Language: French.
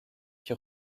qui